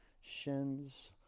shins